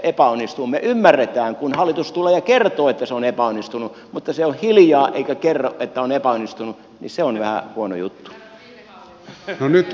me ymmärrämme kun hallitus tulee ja kertoo että se on epäonnistunut mutta se että se on hiljaa eikä kerro että on epäonnistunut on vähän huono juttu